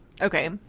Okay